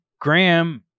graham